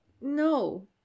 no